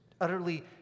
utterly